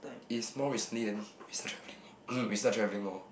is more recently then we start travelling more we start travelling more